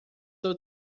sou